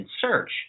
search